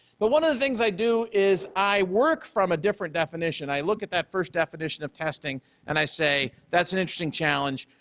but one of the things i do is i work from a different definition, i look at that first definition of testing and i say, that's an interesting challenge.